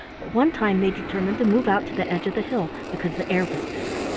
but one time they determined to move out to the edge of the hill, because the air was better,